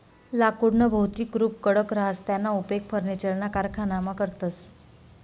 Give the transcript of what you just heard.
लाकुडनं भौतिक रुप कडक रहास त्याना उपेग फर्निचरना कारखानामा करतस